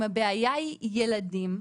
אם הבעיה היא ילדים,